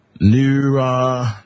New